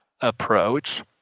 approach